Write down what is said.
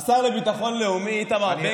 השר לביטחון לאומי איתמר בן גביר נעדר.